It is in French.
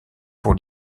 pour